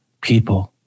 people